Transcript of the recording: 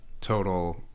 total